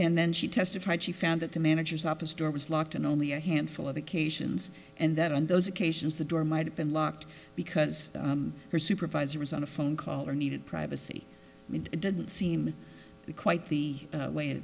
and then she testified she found that the manager's office door was locked and only a handful of occasions and that on those occasions the door might have been locked because her supervisor was on a phone call or needed privacy and it didn't seem quite the